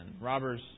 Robbers